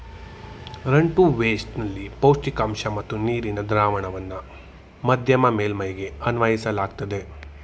run to waste ನಲ್ಲಿ ಪೌಷ್ಟಿಕಾಂಶ ಮತ್ತು ನೀರಿನ ದ್ರಾವಣವನ್ನ ಮಧ್ಯಮ ಮೇಲ್ಮೈಗೆ ಅನ್ವಯಿಸಲಾಗ್ತದೆ